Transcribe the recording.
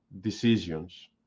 decisions